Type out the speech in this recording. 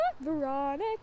Veronica